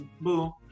boo